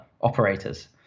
operators